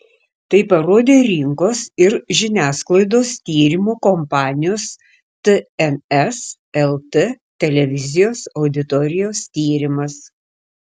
tai parodė rinkos ir žiniasklaidos tyrimų kompanijos tns lt televizijos auditorijos tyrimas